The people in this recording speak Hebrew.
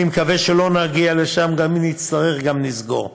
אני מקווה שלא נגיע לשם, אם נצטרך, גם נסגור.